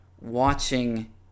watching